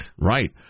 right